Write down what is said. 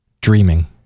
Dreaming